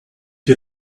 you